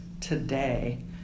today